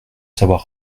savoir